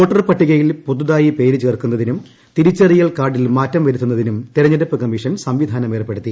voter പട്ടികയിൽ പുതുതായി പ്പേര് ചേർക്കുന്നതിനും തിരിച്ചറിയൽ കാർഡിൽ മാറ്റും വരുത്തുന്നതിനും തെരഞ്ഞെടുപ്പ് കമ്മീഷൻ സ്ംവിധാനം ഏർപ്പെടുത്തി